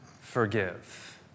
forgive